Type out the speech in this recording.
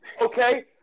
Okay